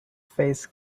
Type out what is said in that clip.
face